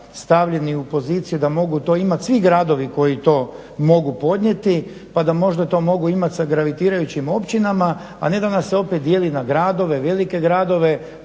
stavljeni u poziciju da mogu to imat svi gradovi koji to mogu podnijeti, pa da možda to mogu imati sa gravitirajućim općinama, a ne da nas se opet dijeli na gradove, velike gradove,